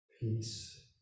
peace